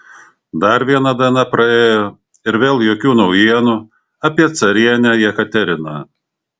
dar viena diena praėjo ir vėl jokių naujienų apie carienę jekateriną